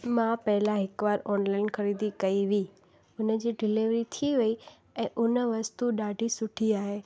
मां पहिरियों हिकु बार ऑनलाइन ख़रीदी कई हुई हुन जी डिलेवरी थी वई ऐं हुन वस्तू ॾाढी सुठी आहे